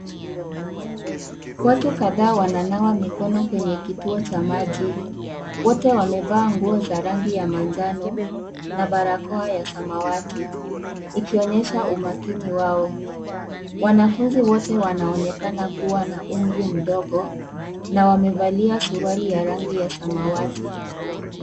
Watu kadhaa wananawa mikono kwenye kituo cha maji. Wote wamevaa nguo za rangi ya manjano na barakoa ya samawati, ikionyesha umakini wao. Wanafunzi wote wanaonekana kuwa na umri mdogo na wamevalia suruali ya rangi ya samawati.